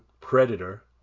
predator